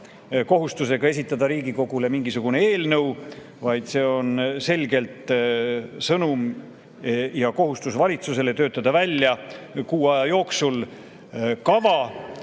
kohustusega esitada Riigikogule mingisugune eelnõu, vaid see on selgelt sõnum ja kohustus valitsusele töötada kuu aja jooksul välja